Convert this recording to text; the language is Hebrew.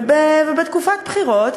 ובתקופת בחירות,